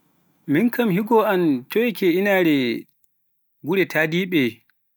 Min kam higo toye ke inaare gure tadiiɓe